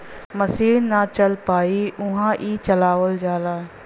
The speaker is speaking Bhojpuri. मसीन ना चल पाई उहा ई चलावल जाला